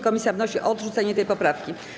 Komisja wnosi o odrzucenie tej poprawki.